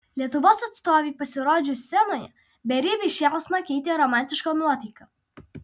lietuvos atstovei pasirodžius scenoje beribį šėlsmą keitė romantiška nuotaika